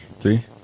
Three